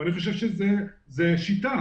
ואני חושב שזאת שיטה.